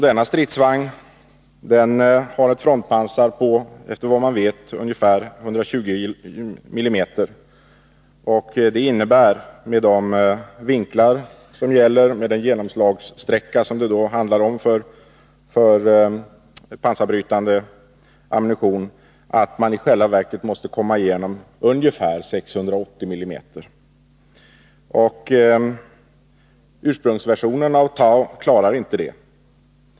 Denna stridsvagn har, efter vad man vet, ett frontpansar på ungefär 120 mm. Med de vinklar som gäller och med den genomslagssträcka för pansarbrytande ammunition som det då handlar om innebär det att man i själva verket måste tränga igenom ungefär 680 mm. Ursprungsversionen av TOW klarar inte det.